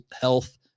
health